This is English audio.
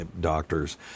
doctors